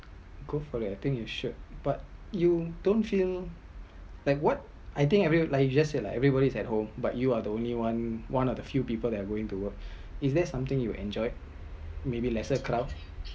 good for I think you should but you don’t feel like what I think every like you just said lah like everybody at home but you are the only one one of the few people that are going to work is there something you enjoyed maybe lesser crowd